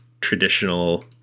traditional